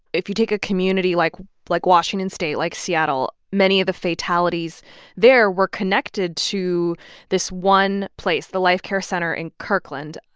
if you take a community like like washington state, like seattle, many of the fatalities there were connected to this one place, the life care center in kirkland.